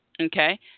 Okay